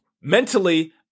Mentally